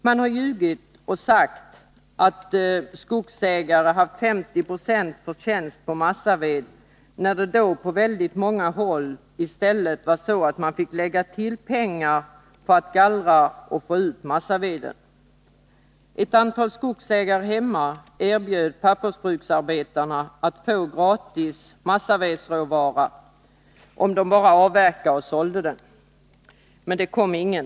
Man har ljugit och sagt att skogsägare haft 50 90 förtjänst på massaved, när det väldigt många gånger i stället var så att de fick lägga till pengar för att gallra och få ut massaveden. Ett antal skogsägare i min hemtrakt erbjöd pappersbruksarbetarna att få gratis massavedsråvara om de bara avverkade och sålde den. Men det kom ingen!